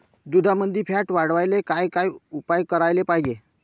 दुधामंदील फॅट वाढवायले काय काय उपाय करायले पाहिजे?